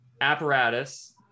apparatus